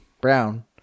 Brown